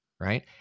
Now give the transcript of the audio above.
right